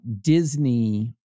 Disney